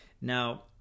Now